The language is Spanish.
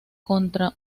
contra